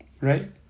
right